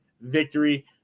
victory